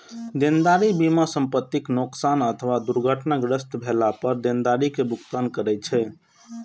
देनदारी बीमा संपतिक नोकसान अथवा दुर्घटनाग्रस्त भेला पर देनदारी के भुगतान करै छै